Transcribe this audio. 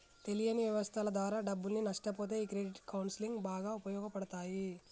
తెలియని వ్యవస్థల ద్వారా డబ్బుల్ని నష్టపొతే ఈ క్రెడిట్ కౌన్సిలింగ్ బాగా ఉపయోగపడతాయి